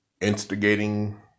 Instigating